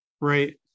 right